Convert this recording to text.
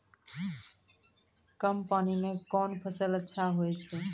कम पानी म कोन फसल अच्छाहोय छै?